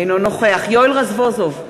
אינו נוכח יואל רזבוזוב,